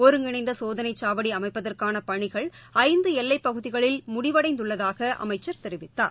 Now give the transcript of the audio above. ஒருங்கிணைந்தசோதனைச் சாவடிஅமைப்பதற்கானபணிகள் ஐந்துஎல்லைப்பகுதிகளில் முடிவடைந்துள்ளதாக அமைச்சர் தெரிவித்தார்